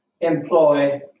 employ